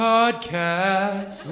Podcast